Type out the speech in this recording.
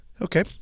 Okay